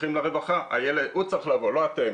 הולכים לרווחה: הילד צריך לבוא, לא אתם.